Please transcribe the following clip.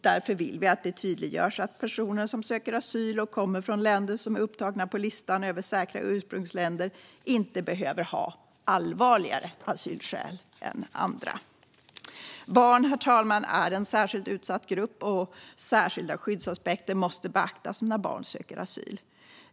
Därför vill vi att det tydliggörs att personer som söker asyl och kommer från länder som är upptagna på listan över säkra ursprungsländer inte behöver ha allvarligare asylskäl än andra. Herr talman! Barn är en särskilt utsatt grupp, och särskilda skyddsaspekter måste beaktas när barn söker asyl.